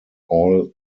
all